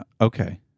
Okay